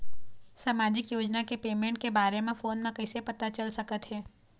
सामाजिक योजना के पेमेंट के बारे म फ़ोन म कइसे पता चल सकत हे?